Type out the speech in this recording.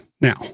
Now